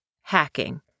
hacking